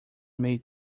made